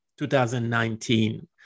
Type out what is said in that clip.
2019